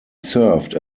served